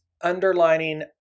underlining